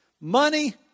Money